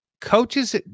coaches